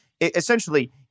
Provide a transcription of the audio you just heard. essentially